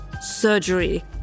surgery